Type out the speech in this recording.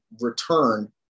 return